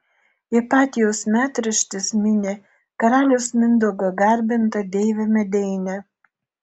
ipatijaus metraštis mini karaliaus mindaugo garbintą deivę medeinę